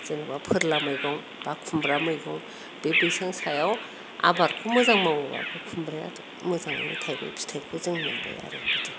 जेनेबा फोरला मैगं बा खुम्ब्रा मैगं बे बैसां सायाव आबादखौ मोजां मावोबा बे खुम्ब्रायाथ' मोजाङैनो थाइबाय फिथाइखौ जों मोनबाय आरो बिदिनो